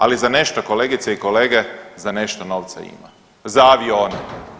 Ali za nešto kolegice i kolege za nešto novca ima, za avione.